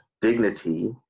dignity